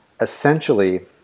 essentially